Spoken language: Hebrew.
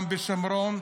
גם בשומרון.